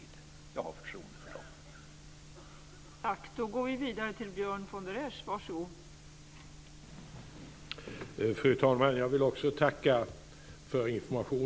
Jag har förtroende för den.